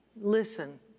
Listen